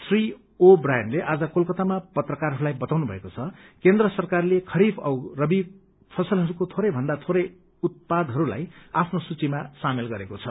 Shri O ब्रायानले आज कोलकतामा पत्रकारहरूलाई बताउनु भएको छ केन्द्र सरकारले खरीफ औ रवि फसलहरूको योरैभन्दा थोरै उत्पादहरूलाई आफ्नो सूचीमा सामेल गरिएको छ